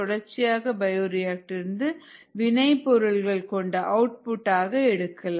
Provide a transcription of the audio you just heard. தொடர்ச்சியாக பயோரியாக்டர்லிருந்து வினை பொருள் கொண்ட அவுட்புட் எடுக்கலாம்